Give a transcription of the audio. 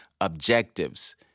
objectives